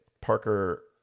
Parker